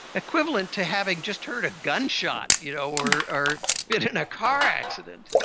equivalent to having just heard a gunshot you know or or been in a car accident.